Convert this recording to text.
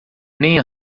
nem